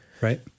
right